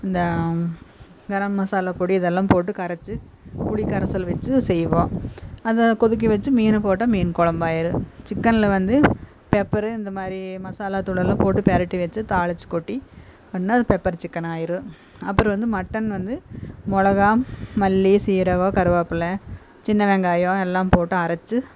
இந்த கரம் மசாலா பொடி இதெல்லாம் போட்டு கரைச்சி புளி கரைசல் வெச்சு செய்வோம் அந்த கொதிக்க வெச்சு மீனு போட்டால் மீன் குழம்பாயிரும் சிக்கனில் வந்து பெப்பரு இந்த மாதிரி மசாலா தூளெல்லாம் போட்டு பிறட்டி வெச்சு தாளிச்சி கொட்டி பண்ணால் அது பெப்பர் சிக்கன் ஆகிரும் அப்புறம் வந்து மட்டன் வந்து மொளகாய் மல்லி சீரகம் கருவேப்பில்லை சின்ன வெங்காயம் எல்லாம் போட்டும் அரைச்சி